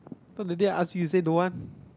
cause that day I asked you you said don't want